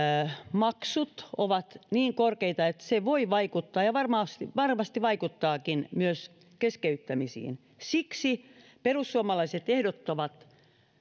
maksut ovat niin korkeita että ne voivat vaikuttaa ja varmasti vaikuttavatkin myös keskeyttämisiin siksi perussuomalaiset ehdottavat